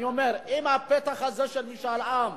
אני אומר: אם הפתח הזה של משאל עם,